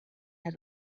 had